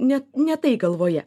ne ne tai galvoje